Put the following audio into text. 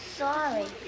sorry